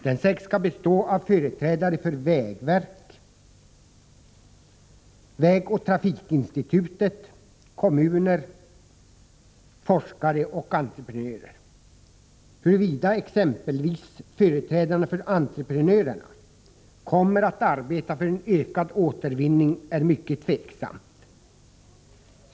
Den sägs bestå av företrädare för vägverket, vägoch trafikinstitutet, kommuner, forskare och entreprenörer. Huruvida exempelvis företrädarna för entreprenörer kommer att arbeta för en ökad återvinning är mycket tveksamt.